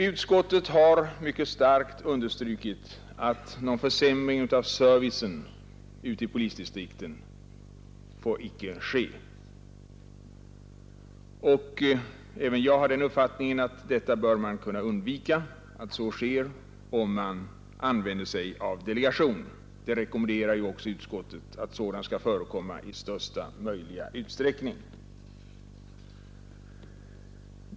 Utskottet har mycket starkt understrukit att någon försämring av servicen ute i polisdistrikten inte får ske. Även jag har uppfattningen att en sådan försämring bör kunna undvikas, om man använder sig av ett delegeringsförfarande, och utskottet rekommenderar också att sådant skall förekomma i största möjliga utsträckning.